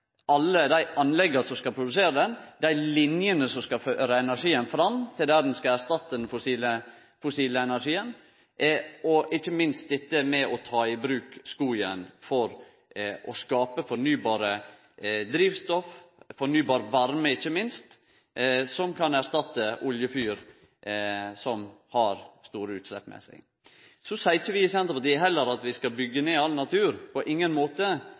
alle dei anlegga som skal produsere energien, dei linjene som skal føre den reine energien fram dit han skal erstatte den fossile energien, og å ta i bruk skogen for å skape fornybart drivstoff, fornybar varme, ikkje minst, som kan erstatte oljefyren, som fører med seg store utslepp. Så seier ikkje vi i Senterpartiet heller at vi skal byggje ned all natur – på ingen måte.